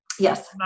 Yes